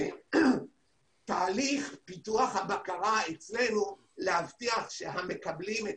תהליך פיתוח הבקרה אצלנו להבטיח שהמקבלים את